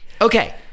Okay